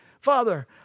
Father